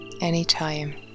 anytime